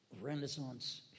Renaissance